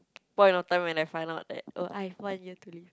point of time when I find out that oh I have one year to live